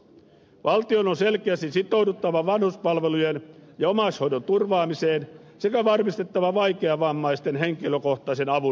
valtion on selkeästi sitouduttava vanhuspalvelujen ja omaishoidon turvaamiseen sekä varmistettava vaikeavammaisten henkilökohtaisen avun rahoitus